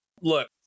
look